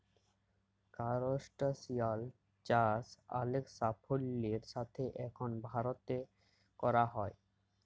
করসটাশিয়াল চাষ অলেক সাফল্যের সাথে এখল ভারতে ক্যরা হ্যয়